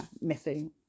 Missing